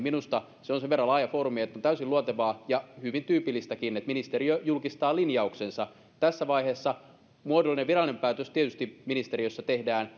minusta se on sen verran laaja foorumi että on täysin luontevaa ja hyvin tyypillistäkin että ministeriö julkistaa linjauksensa tässä vaiheessa muodollinen virallinen päätös tietysti ministeriössä tehdään